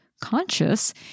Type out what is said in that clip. conscious